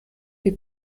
wie